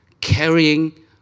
carrying